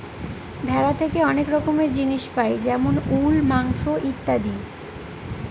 ভেড়া থেকে অনেক রকমের জিনিস পাই যেমন উল, মাংস ইত্যাদি